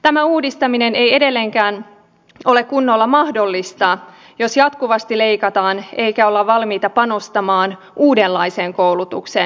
tämä uudistaminen ei edelleenkään ole kunnolla mahdollista jos jatkuvasti leikataan eikä olla valmiita panostamaan uudenlaiseen koulutukseen